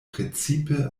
precipe